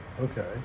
Okay